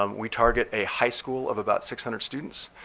um we target a high school of about six hundred students